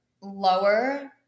lower